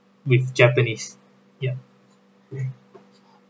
with japanese ya